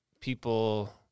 people